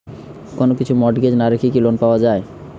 কোন কিছু মর্টগেজ না রেখে কি লোন পাওয়া য়ায়?